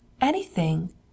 anything